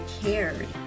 cared